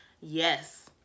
Yes